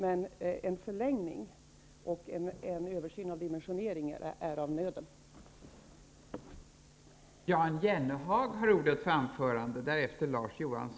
En förlängning av utbildningen och en översyn av dimensioneringen är i varje fall av nöden påkallade.